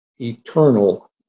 eternal